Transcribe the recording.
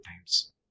times